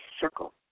circle